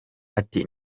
ati